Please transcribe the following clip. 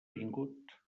vingut